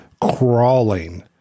crawling